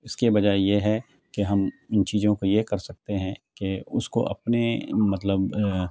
اس کے بجائے یہ ہے کہ ہم ان چیزوں کو یہ کر سکتے ہیں کہ اس کو اپنے مطلب